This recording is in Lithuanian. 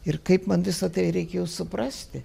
ir kaip man visa tai reikėjo suprasti